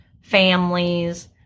families